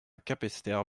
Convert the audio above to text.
capesterre